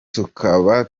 tukaba